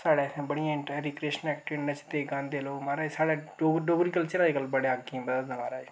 साढ़ै इत्थै बड़ियां एंटर रीक्रेशनल एक्टिविटी नचदे गांदे लोक महाराज साढ़े डोगरी डोगरी कल्चरल अजज्कल बड़ा अग्गें बधा दा ऐ